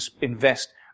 invest